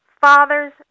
father's